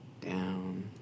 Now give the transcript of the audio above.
down